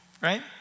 right